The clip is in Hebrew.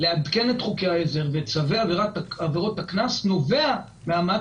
לעדכן את חוקי העזר ואת צווי עבירות הקנס נובע מהמאמץ